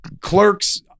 clerks